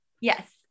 Yes